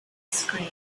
scream